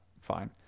Fine